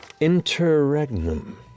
Interregnum